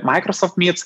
maikrosoft myts